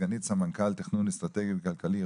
סגנית סמנכ"ל תכנון אסטרטגי וכלכלי,